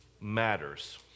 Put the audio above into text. matters